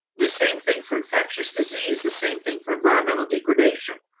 the same thing for infectious disease, the same thing for environmental degradation.